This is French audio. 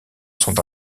sont